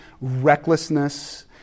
recklessness